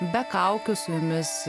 be kaukių su mumis